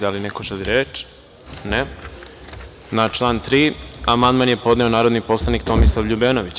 Da li neko želi reč? (Ne.) Na član 3. amandman je podneo narodni poslanik Tomislav Ljubenović.